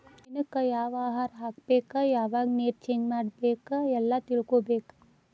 ಮೇನಕ್ಕ ಯಾವ ಆಹಾರಾ ಹಾಕ್ಬೇಕ ಯಾವಾಗ ನೇರ ಚೇಂಜ್ ಮಾಡಬೇಕ ಎಲ್ಲಾ ತಿಳಕೊಬೇಕ